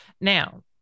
Now